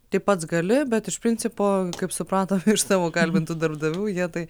tai pats gali bet iš principo kaip suprato iš tavo kalbintų darbdavių jie tai